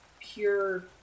pure